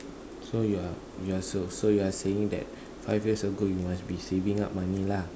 so you are you are so so you are saying that five years ago you must be saving up money lah